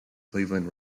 cleveland